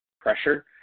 pressure